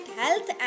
health